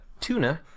tuna